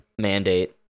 mandate